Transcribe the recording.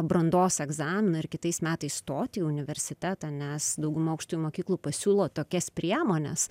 brandos egzaminą ir kitais metais stot į universitetą nes dauguma aukštųjų mokyklų pasiūlo tokias priemones